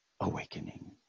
awakening